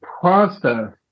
process